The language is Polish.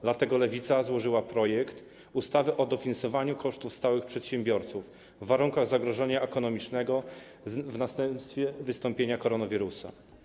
Dlatego Lewica złożyła projekt ustawy o dofinansowaniu kosztów stałych przedsiębiorców w warunkach zagrożenia ekonomicznego w następstwie wystąpienia koronawirusa.